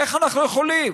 איך אנחנו יכולים?